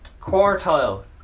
Quartile